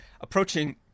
approaching